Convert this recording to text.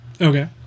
Okay